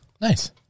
Nice